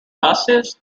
buses